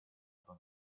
обо